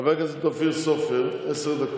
חבר הכנסת אופיר סופר, עשר דקות.